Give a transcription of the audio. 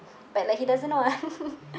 but like he doesn't want